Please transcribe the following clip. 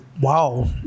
Wow